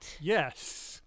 Yes